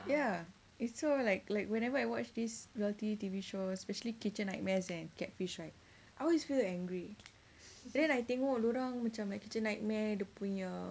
ya it's so like like whenever I watch this reality T_V show especially kitchen nightmares and catfish right I always feel angry then like tengok dia orang macam like kitchen nightmare dia punya